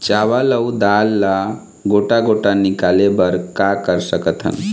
चावल अऊ दाल ला गोटा गोटा निकाले बर का कर सकथन?